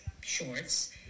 shorts